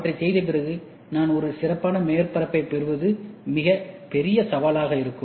அவற்றையும் செய்த பிறகு நான் ஒரு சிறப்பான மேற்பரப்பை பெறுவது பெரிய சவாலாக இருக்கும்